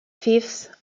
fifth